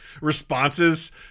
responses